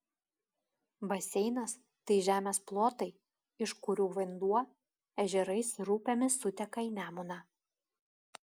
baseinas tai žemės plotai iš kurių vanduo ežerais ir upėmis suteka į nemuną